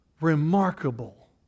remarkable